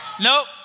Nope